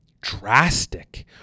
drastic